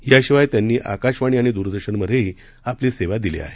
याशिवाय त्यांनी आकाशवाणी आणि दूरदर्शनमधेही आपली सेवा दिली आहे